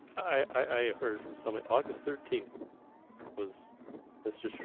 i heard from someone august thirteen was mr.